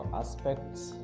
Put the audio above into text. aspects